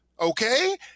okay